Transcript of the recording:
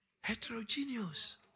heterogeneous